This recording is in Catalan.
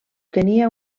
tenia